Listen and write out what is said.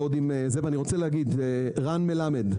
רן מלמד,